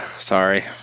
Sorry